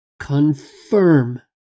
confirm